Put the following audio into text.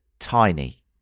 Tiny